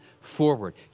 forward